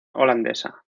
holandesa